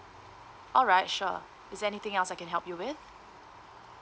alright sure is there anything else I can help you with